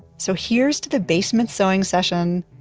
so here's to the basement sewing session,